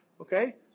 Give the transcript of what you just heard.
okay